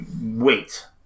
wait